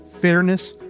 fairness